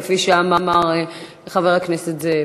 כפי שאמר חבר הכנסת זאב.